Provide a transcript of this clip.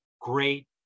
great